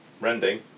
Rending